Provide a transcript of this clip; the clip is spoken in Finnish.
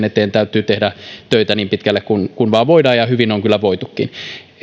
eteen täytyy tehdä töitä niin pitkälle kuin vain voidaan ja hyvin on kyllä voitukin